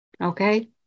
okay